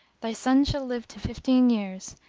thy son shall live to fifteen years,